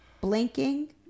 blinking